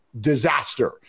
disaster